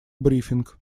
брифинг